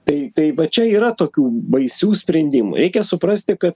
tai tai va čia yra tokių baisių sprendimų reikia suprasti kad